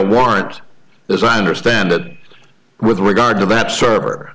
warrant is i understand that with regard to bat server